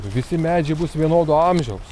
visi medžiai bus vienodo amžiaus